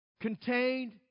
contained